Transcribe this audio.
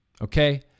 Okay